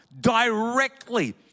directly